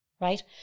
right